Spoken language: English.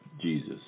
Jesus